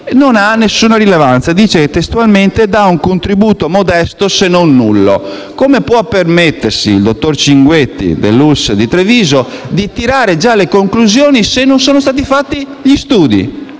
non ha alcuna rilevanza e la ULSS, testualmente, dice che «dà un contributo modesto, se non nullo». Come può permettersi il dottor Cinquetti della ULSS di Treviso di tirare già le conclusioni se non sono stati condotti gli studi?